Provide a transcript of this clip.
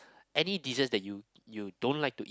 any desserts that you you don't like to